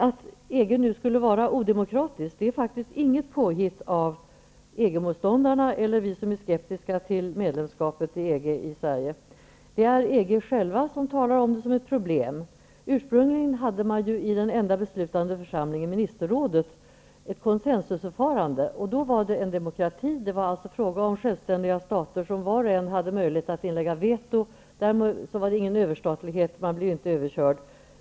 Att EG skulle vara odemokratiskt är faktiskt inget påhitt av EG-motståndarna eller av dem som är skeptiska till medlemskapet. Det är inom själva EG som man talar om det som ett problem. Ursprungligen hade man i den enda beslutande församlingen, ministerrådet, ett konsensusförfarande. Då var det demokrati. Det var alltså fråga om självständiga stater som var och en hade möjlighet att inlägga veto. Därmed var det inte fråga om överstatlighet, man blev inte överkörd.